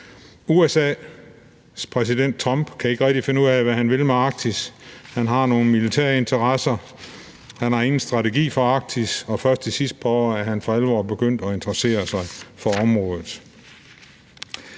USA's præsident Trump kan ikke rigtig finde ud af, hvad han vil med Arktis. Han har nogle militære interesser. Han har ingen strategi for Arktis, og først de seneste par år er han for alvor begyndt at interessere sig for området.